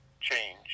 change